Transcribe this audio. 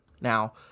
Now